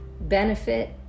benefit